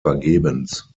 vergebens